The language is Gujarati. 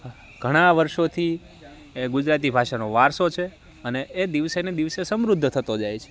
ઘણા વર્ષોથી એ ગુજરાતી ભાષાનો વારસો છે અને એ દિવસે ને દિવસે સમૃદ્ધ થતો જાય છે